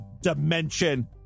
dimension